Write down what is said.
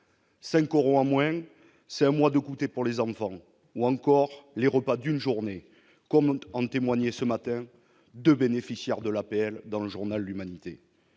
5 auront à moins : c'est à moi de goûter pour les enfants ou encore les repas d'une journée comme en témoignait ce matin 2 bénéficiaires de l'APL dans le journal L'Humanité.